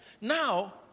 Now